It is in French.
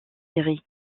série